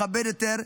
מכבד יותר,